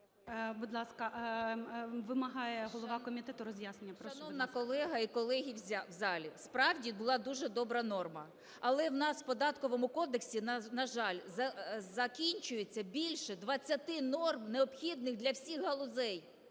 Будь ласка. Вимагає голова комітету роз'яснення. Прошу. 13:31:30 ЮЖАНІНА Н.П. Шановна колего і колеги в залі! Справді, була дуже добра норма. Але у нас в Податковому кодексі, на жаль, закінчується більше 20 норм, необхідних для всіх галузей,